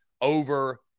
over